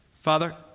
Father